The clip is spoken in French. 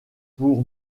pour